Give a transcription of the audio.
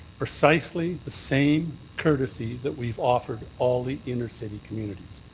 precisely the same courtesy that we've offered all the inner city communities.